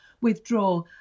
withdraw